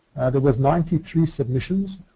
there were ninety three submissions.